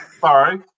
Sorry